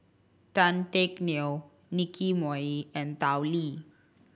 Tan Teck Neo Nicky Moey and Tao Li